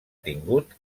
tingut